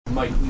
Mike